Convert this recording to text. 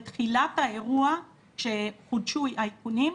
בתחילת האירוע כשחודשו האיכונים,